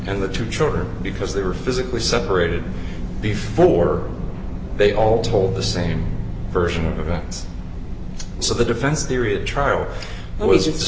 and the two children because they were physically separated before they all told the same version of events so the defense theory of trial w